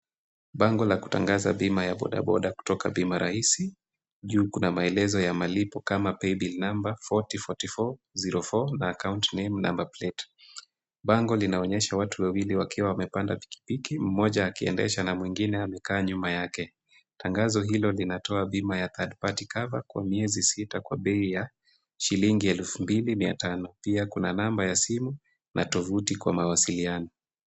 Bango la kutangaza bima ya bodaboda kutoka bima rahisi, juu kuna maelezo ya malipo kama paybill number 404404 na account name number plate . Bango linaonyesha watu wawili wakiwa wamepanda pikipiki mmoja akiendesha na mwingine amekaa nyuma yake. Tangazo hilo linatoa bima ya third party cover kwa miezi sita kwa bei ya shilingi 2500. Pia kuna namba ya simu na tovuti kwa mawasiliano.